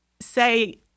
say